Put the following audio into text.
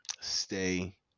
Stay